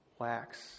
wax